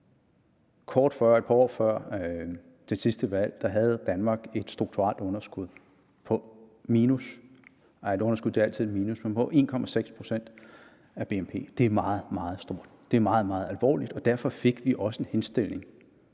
havde et par år før det sidste valg et strukturelt underskud på 1,6 pct. af BNP. Det er meget, meget stort, og det er meget, meget alvorligt, og derfor fik vi også en henstilling.